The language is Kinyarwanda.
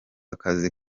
akazi